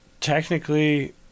technically